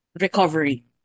recovery